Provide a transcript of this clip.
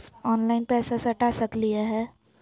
Online पैसा सटा सकलिय है?